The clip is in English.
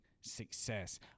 success